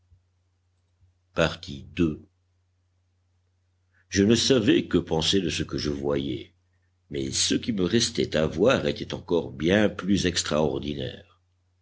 cheminée je ne savais que penser de ce que je voyais mais ce qui me restait à voir était encore bien plus extraordinaire